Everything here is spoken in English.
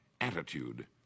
attitude